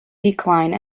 decline